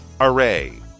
Array